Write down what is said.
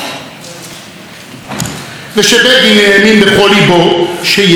ושבגין האמין בכל ליבו שיש שופטים בירושלים,